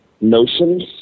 notions